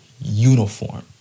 uniform